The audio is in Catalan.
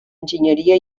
enginyeria